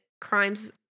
crimes